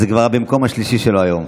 וזה כבר במקום השלישי שלו היום,